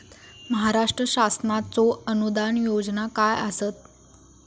महाराष्ट्र शासनाचो अनुदान योजना काय आसत?